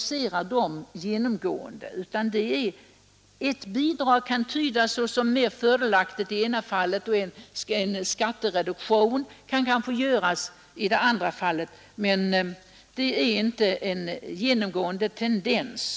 Bidragsoch skattesystemet kan nämligen verka mera fördelaktigt för de gifta i det ena fallet och mera fördelaktigt för de ogifta i det andra fallet, men det är inte här fråga om någon genomgående tendens.